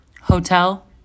Hotel